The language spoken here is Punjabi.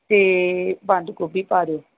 ਅਤੇ ਬੰਦ ਗੋਭੀ ਪਾ ਦਿਓ